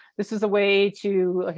this is a way to, like